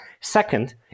Second